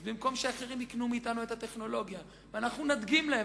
אז במקום שאחרים יקנו מאתנו את הטכנולוגיה ואנחנו נדגים להם,